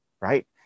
Right